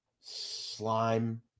slime